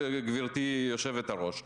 גברתי יושבת-הראש,